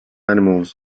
animals